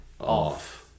off